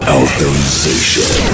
authorization